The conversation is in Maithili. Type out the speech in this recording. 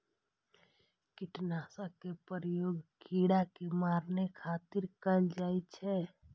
कीटनाशक के प्रयोग कीड़ा कें मारै खातिर कैल जाइ छै